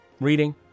reading